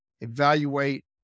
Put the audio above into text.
evaluate